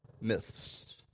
myths